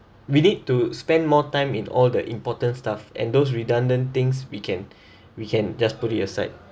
we need to spend more time in all the important stuff and those redundant things we can we can just put it aside